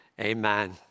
amen